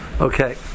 okay